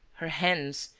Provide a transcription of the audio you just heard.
her hands,